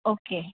okay